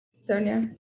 Sonia